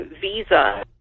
Visa